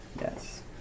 Yes